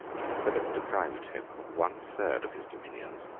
king philip deprived him of one-third of his dominions.